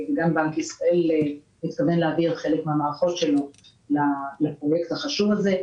גם בנק ישראל מתכוון להעביר חלק מן המערכות שלו לפרויקט החשוב הזה.